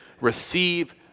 Receive